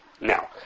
Now